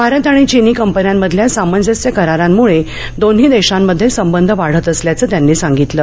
भारत आणि चीनी कंपन्यांमधल्या सामंजस्य करारांमुळे दोन्ही देशांमध्ये संबध वाढत असल्याचं त्यांनी सांगितलं